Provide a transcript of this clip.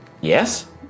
Yes